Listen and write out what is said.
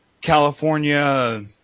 California